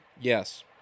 Yes